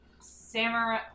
samurai